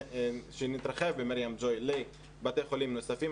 שנתרחב ב'מרים ג'וי' לבתי חולים נוספים,